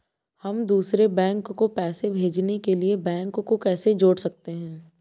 हम दूसरे बैंक को पैसे भेजने के लिए बैंक को कैसे जोड़ सकते हैं?